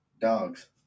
Dogs